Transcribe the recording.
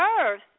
earth